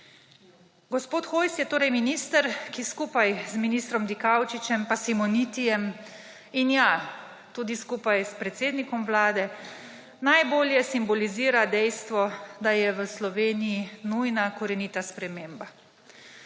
Gospod Hojs je torej minister, ki skupaj z ministrom Dikaučičem pa Simonitijem in, ja, tudi skupaj s predsednikom Vlade najbolje simbolizira dejstvo, da je v Sloveniji nujna korenita sprememba,